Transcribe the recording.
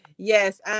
Yes